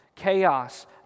chaos